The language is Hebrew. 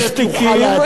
יש תיקים,